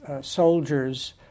soldiers